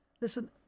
Listen